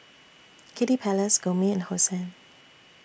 Kiddy Palace Gourmet and Hosen